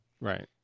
Right